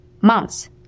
months